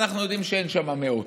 ואנחנו יודעים שאין שם מאות.